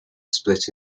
split